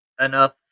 enough